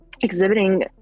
exhibiting